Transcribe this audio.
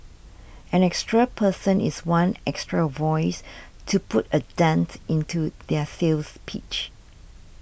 an extra person is one extra voice to put a dent into their sales pitch